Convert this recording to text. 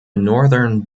northern